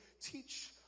teach